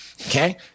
Okay